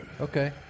okay